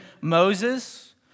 Moses